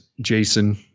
Jason